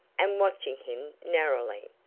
and watching him narrowly.